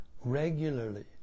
regularly